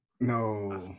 No